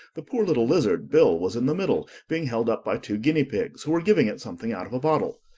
the poor little lizard, bill, was in the middle, being held up by two guinea-pigs, who were giving it something out of a bottle.